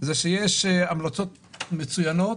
זה שיש המלצות מצוינות